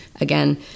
again